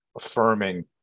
affirming